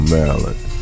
Maryland